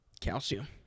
Calcium